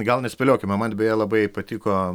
gal nespėliokime man beje labai patiko